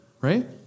right